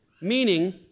Meaning